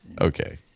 Okay